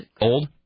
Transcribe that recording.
Old